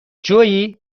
جویی